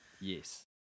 Yes